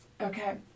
okay